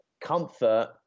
Comfort